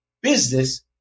business